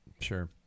Sure